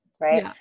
right